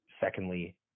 secondly